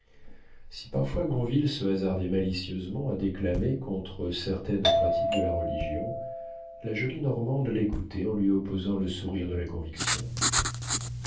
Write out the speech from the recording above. si parfois granville se hasardait malicieusement à déclamer contre certaines pratiques de la religion la jolie normande l'écoutait en lui opposant le sourire de la